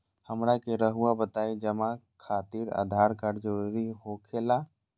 हमरा के रहुआ बताएं जमा खातिर आधार कार्ड जरूरी हो खेला?